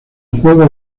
juego